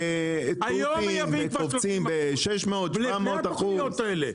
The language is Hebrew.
למה התותים קופצים ב-600 או 700 אחוזים?